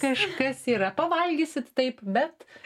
kažkas yra pavalgysit taip bet